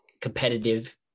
competitive